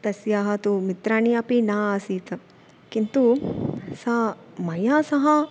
तस्याः तु मित्राणि अपि न आसीत् किन्तु सा मया सह